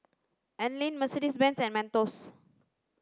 Anlene Mercedes Benz and Mentos